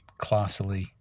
classily